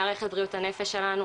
מערכת בריאות הנפש שלנו,